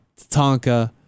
Tatanka